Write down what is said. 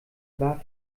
war